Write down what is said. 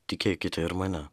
tikėkite ir mane